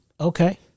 Okay